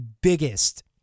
biggest